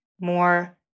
more